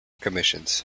commissions